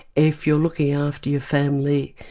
if you're looking after your family,